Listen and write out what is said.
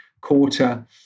quarter